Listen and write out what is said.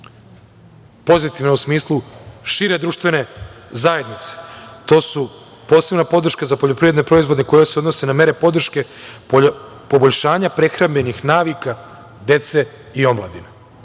pozitivna u smislu šire društvene zajednice. To su posebna podrška za poljoprivredne proizvode koji se odnose na mere podrške, poboljšanja prehrambenih navika dece i omladine.